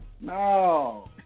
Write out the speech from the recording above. No